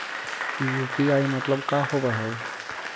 UPI मतलब का होब हइ?